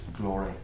glory